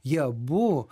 jie abu